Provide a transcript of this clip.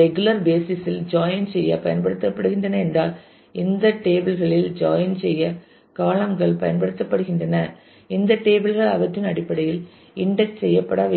regular basis இல் join செய்ய பயன்படுத்தப்படுகின்றன என்றால் இந்த டேபிள் களில் ஜாயின் செய்ய காளம் கள் பயன்படுத்தப்படுகின்றன இந்த டேபிள் கள் அவற்றின் அடிப்படையில் இன்டெக்ஸ் செய்யப்பட வேண்டும்